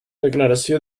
declaració